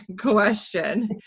question